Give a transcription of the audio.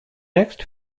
next